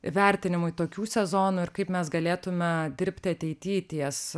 vertinimui tokių sezonų ir kaip mes galėtume dirbti ateity ties